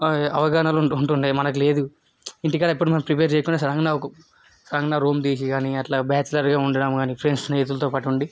అవగాహనలు ఉంటు ఉంటుండే మనకి లేదు ఇంటి కాడా ఎప్పుడు మనం ప్రిపేర్ చెయ్యకుండా సడన్గా ఒక సడన్గా రూమ్ తీసి కానీ అట్ల బ్యాచిలర్గా ఉండడం కాని ఫ్రండ్స్ స్నేహితులతో పాటు ఉండి